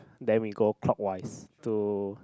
then we go clockwise to